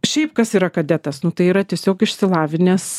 šiaip kas yra kadetas nu tai yra tiesiog išsilavinęs